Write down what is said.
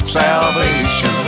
salvation